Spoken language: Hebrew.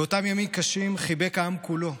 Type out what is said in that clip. באותם ימים קשים חיבק העם כולו,